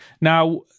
Now